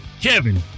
Kevin